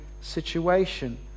situation